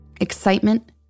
Excitement